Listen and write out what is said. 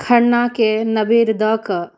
खरनाके नैवेद्य दऽ कऽ